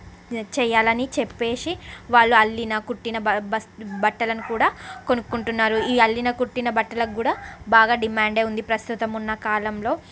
చెయ్యాలని చెప్పేసి వాళ్ళు అల్లిన కుట్టిన బ బస్ బట్టలను కూడా కొనుకుంటున్నారు ఈ అల్లిన కుట్టిన బట్టలకి కూడా బాగా డిమాండే ఉంది ప్రస్తుతం ఉన్న కాలంలో